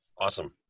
Awesome